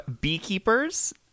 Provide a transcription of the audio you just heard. beekeepers